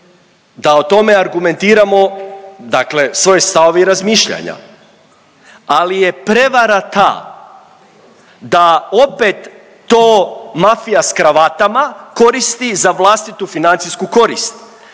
da o tome argumentiramo, dakle svoje stavove i razmišljanja. Ali je prevara ta da opet to mafija s kravatama koristi za vlastitu financijsku korist.